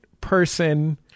person